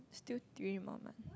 still three more months